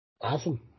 Awesome